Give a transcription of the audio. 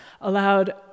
allowed